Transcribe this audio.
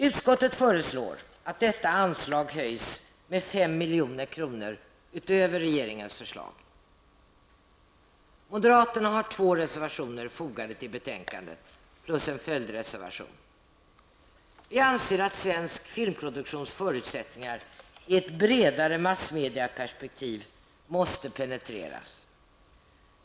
Utskottet föreslår att detta anslag höjs med 5 milj.kr. utöver regeringens förslag. Moderaterna har två reservationer fogade till betänkandet, plus en följdreservation. Vi anser att svensk filmproduktions förutsättningar i ett bredare massmediaperspektiv måste penetreras.